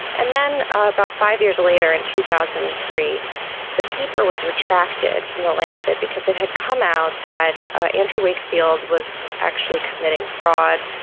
and then about five years later in two thousand and three the paper was retracted from the lancet because it had come out that andrew wakefield was actually committing fraud,